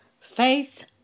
Faith